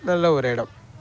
நல்ல ஒரு இடம்